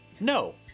No